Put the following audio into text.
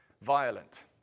violent